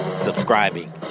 subscribing